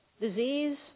disease